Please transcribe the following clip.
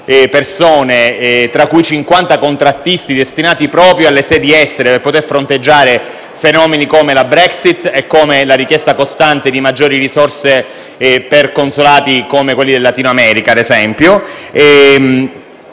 persone, tra cui 50 contrattisti destinati proprio alle sedi estere per poter fronteggiare fenomeni come la Brexit e la richiesta costante di maggiori risorse per consolati come quelli dell'area latinoamericana, ad esempio.